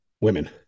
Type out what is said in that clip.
women